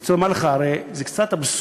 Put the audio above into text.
אני רוצה לומר לך, הרי זה קצת אבסורדי,